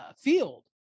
field